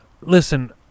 listen